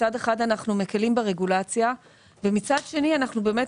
מצד אחד אנחנו מקלים ברגולציה ומצד שני אנחנו באמת